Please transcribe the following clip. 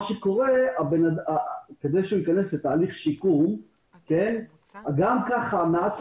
כדי שאסיר ייכנס לתהליך שיקום גם אחרי מעצר